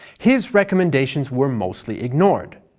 his recommendations were mostly ignored.